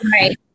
Right